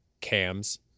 cams